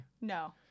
No